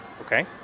okay